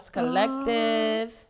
Collective